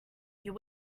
you